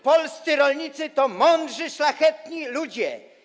Polscy rolnicy to mądrzy, szlachetni ludzie.